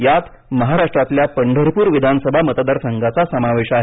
यात महाराष्ट्रातल्या पंढरपूर विधानसभा मतदारसंघाचा समावेश आहे